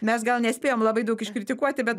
mes gal nespėjom labai daug iškritikuoti bet